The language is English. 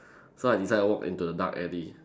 so I decided to walk into the dark alley